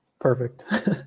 perfect